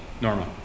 Norma